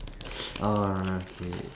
orh okay